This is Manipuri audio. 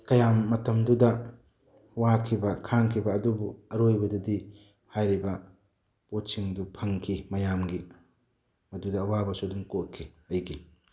ꯀꯌꯥꯝ ꯃꯇꯝꯗꯨꯗ ꯋꯥꯈꯤꯕ ꯈꯥꯡꯈꯤꯕ ꯑꯗꯨꯕꯨ ꯑꯔꯣꯏꯕꯗꯗꯤ ꯍꯥꯏꯔꯤꯕ ꯄꯣꯠꯁꯤꯡꯗꯨ ꯐꯪꯈꯤ ꯃꯌꯥꯝꯒꯤ ꯑꯗꯨꯗ ꯑꯋꯥꯕꯁꯨ ꯑꯗꯨꯝ ꯀꯣꯛꯈꯤ ꯑꯩꯒꯤ